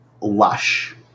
lush